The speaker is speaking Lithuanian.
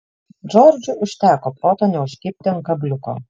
džordžui užteko proto neužkibti ant kabliuko